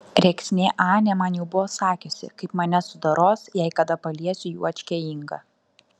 rėksnė anė man jau buvo sakiusi kaip mane sudoros jei kada paliesiu juočkę ingą